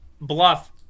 bluff